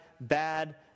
bad